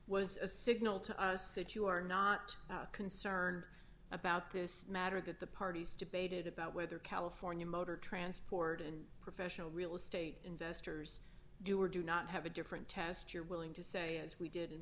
was a signal to us that you are not concerned about this matter that the parties debated about whether california motor transport and professional real estate investors do or do not have a different test you're willing to say as we did